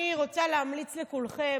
אני רוצה להמליץ לכולכם,